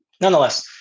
Nonetheless